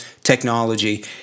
technology